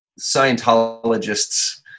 Scientologists